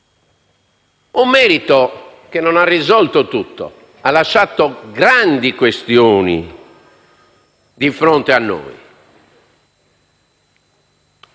un merito che non ha risolto tutto, ha lasciato grandi questioni di fronte a noi.